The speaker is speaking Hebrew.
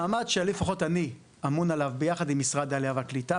המאמץ שאני לפחות אמון עליו ביחד עם משרד העלייה והקליטה,